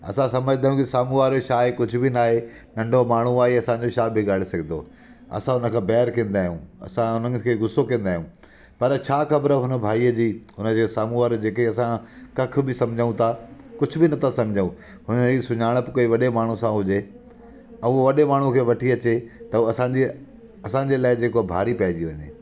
असां सम्झंदा आहियूं की साम्हूं वारो छा आहे कुझु बि न आहे नंढो माण्हू आहे इहो असांजो छा बिगाड़े सघंदो आहे असां हुन खे बैरि कंदा आहियूं असां हुननि खे गुस्सो कंदा आहियूं पर छा ख़बर हुन भाईअ जी हुन जे साम्हूं वारे जेके असां कख बि सम्झूं था कुझु बि नथा सम्झूं हुन जी सुञाणप कोई वॾे माण्हू सां हुजे ऐं उहो वॾे माण्हू खे वठी अचे त उहो असांजीअ असांजे लाइ जेको भारी पइजी वञे